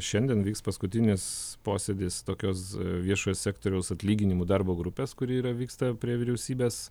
šiandien vyks paskutinis posėdis tokios viešojo sektoriaus atlyginimų darbo grupės kuri yra vyksta prie vyriausybės